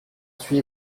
huit